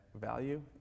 value